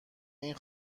این